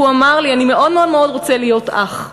והוא אמר לי: אני מאוד מאוד מאוד רוצה להיות אח,